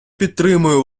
підтримую